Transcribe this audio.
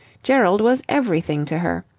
gerald was everything to her.